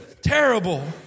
Terrible